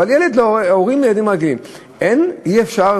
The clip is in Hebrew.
אבל הורים לילדים רגילים, אי-אפשר?